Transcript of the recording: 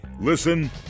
Listen